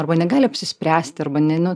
arba negali apsispręsti arba ne nu